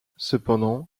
cependant